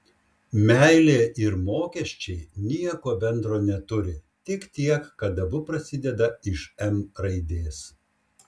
meilė ir mokesčiai nieko bendro neturi tik tiek kad abu prasideda iš m raidės